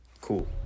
cool